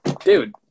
dude